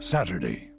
Saturday